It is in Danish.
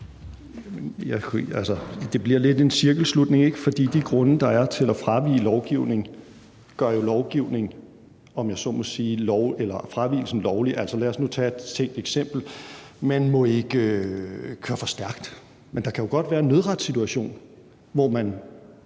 det bliver lidt en cirkelslutning, ikke? For de grunde, der er til at fravige en lovgivning, gør jo, om jeg så må sige, fravigelsen lovlig. Lad os nu tage et tænkt eksempel. Man må ikke køre for stærkt, men der kan jo godt være en nødretssituation, hvor man,